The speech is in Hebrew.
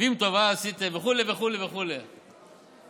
ואם טובה עשיתם" וכו', וכו', וכו'.